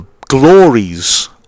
glories